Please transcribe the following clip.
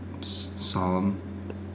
Solemn